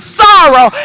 sorrow